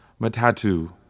Matatu